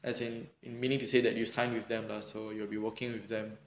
as in in meaning to say that you sign with them lah so you will be working with them